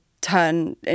turn